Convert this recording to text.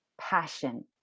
passion